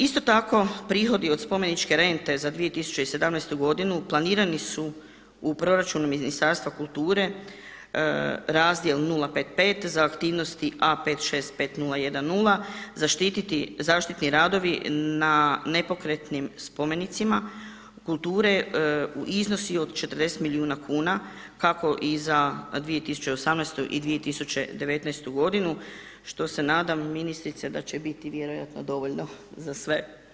Isto tako, prihodi od spomeničke rente za 2017. godinu planirani su u proračunu Ministarstva kulture razdjel 055 za aktivnosti A565010 zaštititi zaštitni radovi na nepokretnim spomenicima kulture u iznosu od 40 milijuna kuna kako i za 2018. i 2019. godinu što se nadam ministrice da će biti vjerojatno dovoljno za sve.